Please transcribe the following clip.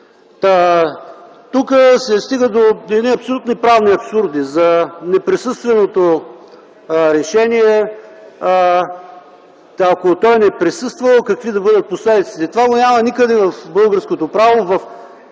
Тук се стига до едни абсолютно правни абсурди – за неприсъственото решение, ако той не присъствал, какви да бъдат последиците. Това го няма никъде в българското право,